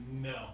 No